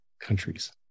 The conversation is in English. countries